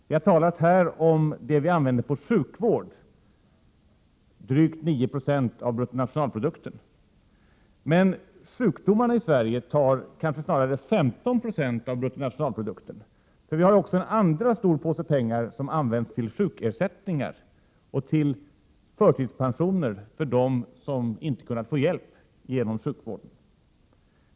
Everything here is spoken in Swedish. Vi har här talat om de 7 ÅA bug - S / Debatt om sjukvårdspengar vi använder för sjukvården, vilket är drygt 9 90 av bruttonationalproörisen dukten. Men sjukdomarna i Sverige tar snarare 15 960 av bruttonationalprodukten i anspråk. Vi har även en andra påse pengar som används till sjukersättningar och till förtidspensioner för dem som inte kunnat få hjälp genom sjukvården.